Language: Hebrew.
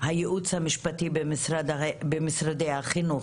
הייעוץ המשפטי במשרדי החינוך,